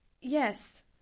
Yes